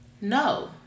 No